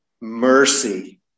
mercy